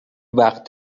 وقت